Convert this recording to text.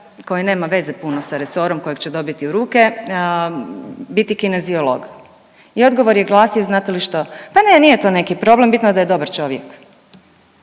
koji nema veze puno sa resorom kojeg će dobiti u ruke biti kineziolog? I odgovor je glasio znate li što? Pa ne nije to neki problem bitno da je dobar čovjek.